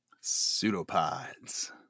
Pseudopods